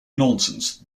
nonsense